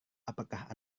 apakah